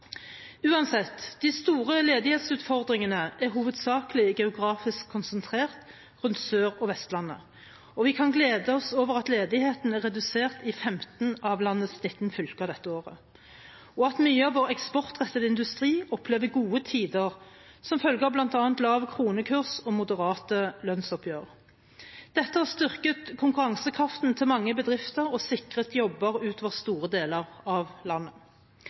Uansett: De store ledighetsutfordringene er hovedsakelig geografisk konsentrert rundt Sør- og Vestlandet, og vi kan glede oss over at ledigheten er redusert i 15 av landets 19 fylker dette året, og at mye av vår eksportrettede industri opplever gode tider som følge av bl.a. lav kronekurs og moderate lønnsoppgjør. Dette har styrket konkurransekraften til mange bedrifter og sikret jobber i store deler av landet.